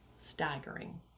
staggering